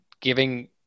giving